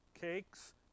cakes